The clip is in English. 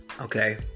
Okay